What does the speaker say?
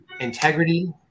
integrity